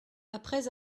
après